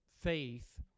faith